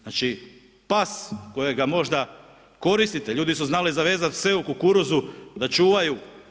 Znači, pas kojega možda koristite, ljudi su znali zavezati pse u kukuruzu da čuvaju.